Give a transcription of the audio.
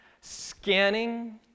scanning